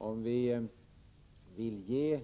Om vi vill ge